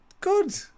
Good